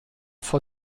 vor